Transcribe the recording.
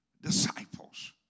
disciples